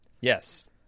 Yes